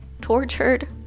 tortured